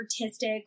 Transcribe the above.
artistic